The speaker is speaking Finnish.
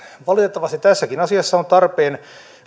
valitettavasti tässäkin asiassa on tarpeen